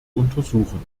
untersuchen